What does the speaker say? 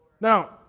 Now